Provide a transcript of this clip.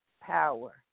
power